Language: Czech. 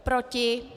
Proti?